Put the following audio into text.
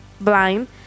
blind